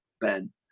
Ben